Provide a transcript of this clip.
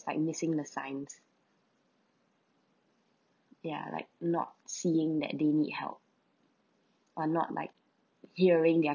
is like missing the signs ya like not seeing that they need help or not like hearing their